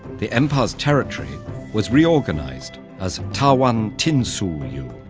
the empire's territory was reorganized as tahuantinsuyu,